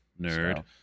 Nerd